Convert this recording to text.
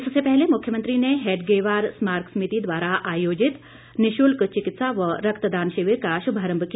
इससे पहले मुख्यमंत्री ने हेडगेवार स्मारक समिति द्वारा आयोजित निशुल्क चिकित्सा व रक्तदान शिविर का शुभारंभ किया